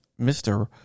Mr